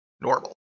normal